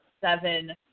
seven